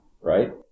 right